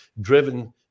driven